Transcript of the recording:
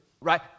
right